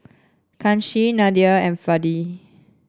Kanshi Neila and Fali